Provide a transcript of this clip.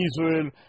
Israel